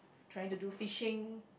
trying to do fishing